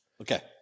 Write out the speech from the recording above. Okay